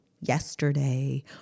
yesterday